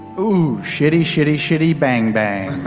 ooh, shitty, shitty, shitty bang-bang.